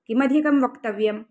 किमधिकं वक्तव्यं